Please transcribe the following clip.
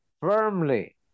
firmly